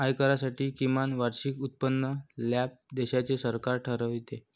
आयकरासाठी किमान वार्षिक उत्पन्न स्लॅब देशाचे सरकार ठरवते